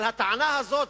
הטענה הזאת,